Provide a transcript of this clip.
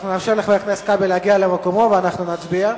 אנחנו נאפשר לחבר הכנסת כבל להגיע למקומו ואנחנו נצביע.